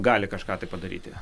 gali kažką tai padaryti